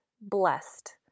blessed